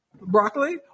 broccoli